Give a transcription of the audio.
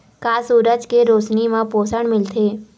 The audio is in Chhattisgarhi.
का सूरज के रोशनी म पोषण मिलथे?